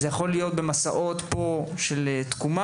זה יכול להיות במסעות כאן של תקומה.